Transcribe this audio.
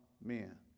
men